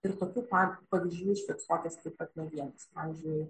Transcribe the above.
ir tokių pa pavyzdžių užfiksuotas taip pat ne vienas pavyzdžiui